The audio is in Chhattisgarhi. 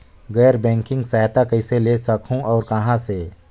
गैर बैंकिंग सहायता कइसे ले सकहुं और कहाँ से?